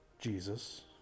Jesus